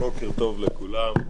בוקר טוב לכולם.